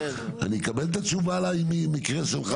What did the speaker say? אני אקבל את התשובה על המקרה שלך,